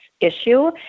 issue